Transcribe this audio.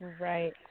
Right